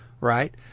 right